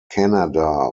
canada